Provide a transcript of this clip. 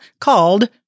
called